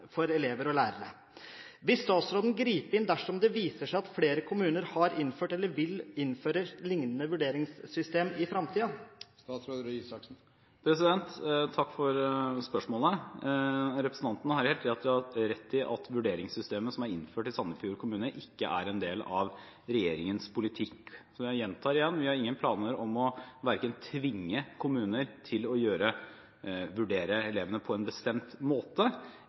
elever. Statsråden har i tilknytning til denne saken sagt at slike vurderingssystem ikke er en del av regjeringens nasjonale politikk. Vil statsråden gripe inn dersom det viser seg at flere kommuner har innført/vil innføre lignende vurderingssystemer i skolen?» Takk for spørsmålet. Representanten har helt rett i at vurderingssystemet som er innført i Sandefjord kommune, ikke er en del av regjeringens politikk. Jeg gjentar igjen: Vi har ingen planer om verken å tvinge kommuner til å vurdere elevene på en bestemt måte